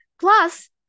Plus